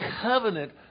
covenant